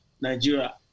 Nigeria